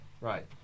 right